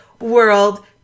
world